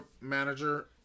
manager